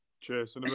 Cheers